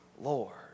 Lord